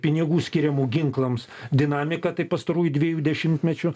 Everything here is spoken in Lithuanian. pinigų skiriamų ginklams dinamiką tai pastarųjų dviejų dešimtmečių